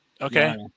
Okay